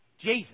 Jesus